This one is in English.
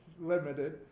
limited